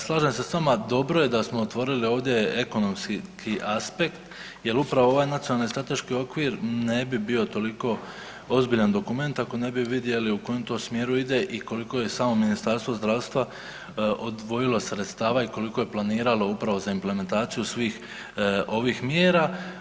Slažem se sa vama, dobro je da smo otvorili ovdje ekonomski aspekt, jer upravo ovaj Nacionalni strateški okvir ne bi bio toliko ozbiljan dokument ako ne bi vidjeli u kojem to smjeru ide i koliko je samo Ministarstvo zdravstva odvojilo sredstava i koliko je planiralo upravo za implementaciju svih ovih mjera.